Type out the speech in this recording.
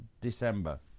December